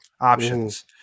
options